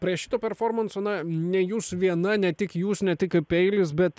prie šito performanso na ne jūs viena ne tik jūs ne tik peilis bet